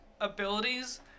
abilities